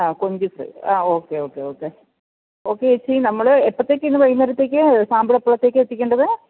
ആ കൊഞ്ച് ഫ്രൈ ആഹ് ഓക്കെ ഓക്കെ ഓക്കെ ഓക്കെ ചേച്ചി നമ്മൾ എപ്പോഴത്തേക്ക് ഇന്ന് വൈകുന്നേരത്തേക്ക് സാമ്പിൾ എപ്പോഴത്തേക്ക് എത്തിക്കേണ്ടത്